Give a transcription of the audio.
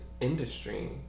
industry